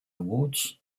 awards